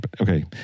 Okay